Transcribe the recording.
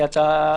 גור,